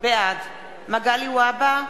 בעד מגלי והבה,